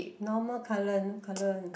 normal colour no colour